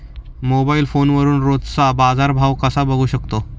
Mobile फोनवरून रोजचा बाजारभाव कसा बघू शकतो?